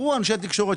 קחו אנשי תקשורת,